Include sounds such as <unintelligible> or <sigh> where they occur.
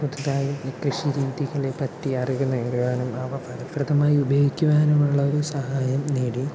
പുതുതായി <unintelligible> രീതികളെ പറ്റി അറിവ് നേടുവാനും അവ ഫലപ്രദമായി ഉപയോഗിക്കുവാനും ഉള്ള ഒരു സഹായം നേടി